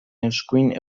eskuin